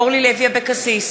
אורלי לוי אבקסיס,